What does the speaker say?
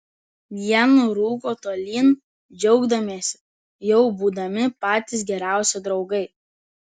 jie nurūko tolyn džiaugdamiesi jau būdami patys geriausi draugai